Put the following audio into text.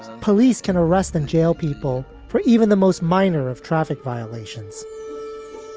police can arrest and jail people for even the most minor of traffic violations